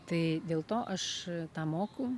tai dėl to aš tą moku